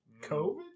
COVID